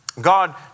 God